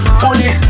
funny